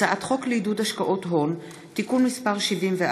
הצעת חוק לעידוד השקעות הון (תיקון מס' 74)